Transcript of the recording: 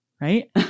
right